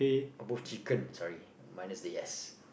both chicken sorry minus the S